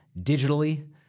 digitally